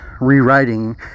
rewriting